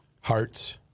hearts